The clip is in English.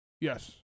Yes